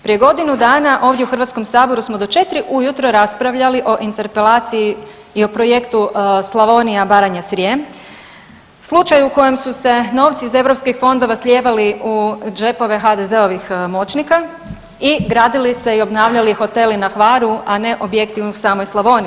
Prije godinu dana ovdje u Hrvatskom saboru smo do četiri u jutro raspravljali o interpelaciji i o projektu Slavonija – Baranja – Srijem slučaj u kojem su se novci iz EU fondova slijevali u džepove HDZ-ovih moćnika i gradili se i obnavljali hoteli na Hvaru, a ne objekti u samoj Slavoniji.